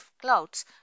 clouds